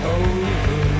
over